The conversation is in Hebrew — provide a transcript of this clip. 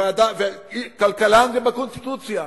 כלכלן זה בקונסטיטוציה,